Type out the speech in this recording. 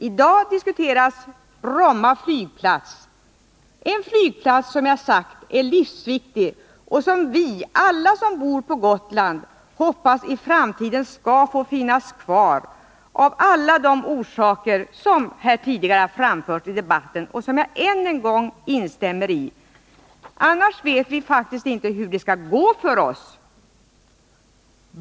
I dag diskuteras Bromma flygplats, en flygplats som jag har sagt är livsviktig och som alla vi som bor på Gotland hoppas skall få finnas kvar i framtiden — av alla de orsaker som har framförts här tidigare i debatten och som jag än en gång instämmer i; annars vet vi faktiskt inte hur det skall gå för OSS.